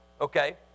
okay